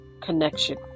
connection